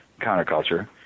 counterculture